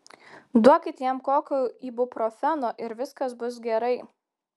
duokit jam kokio ibuprofeno ir viskas bus gerai